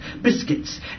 biscuits